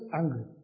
angry